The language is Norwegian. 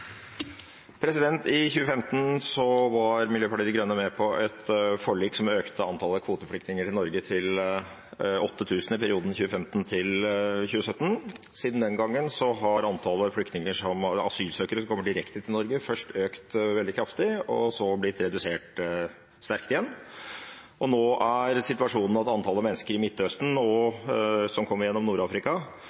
I 2015 var Miljøpartiet De Grønne med på et forlik som økte antallet kvoteflyktninger til Norge til 8 000 i perioden 2015–2017. Siden den gangen har antallet asylsøkere som kommer direkte til Norge, først økt veldig kraftig og så blitt sterkt redusert igjen. Nå er situasjonen at antallet mennesker i Midtøsten som kommer gjennom